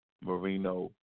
Marino